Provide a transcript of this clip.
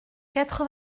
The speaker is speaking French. quatre